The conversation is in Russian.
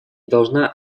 должна